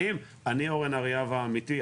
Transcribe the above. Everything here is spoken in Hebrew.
האם אני אורן אריאב האמיתי,